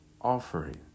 offering